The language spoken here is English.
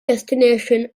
destination